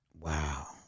Wow